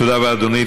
תודה רבה, אדוני.